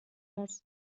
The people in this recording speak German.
muss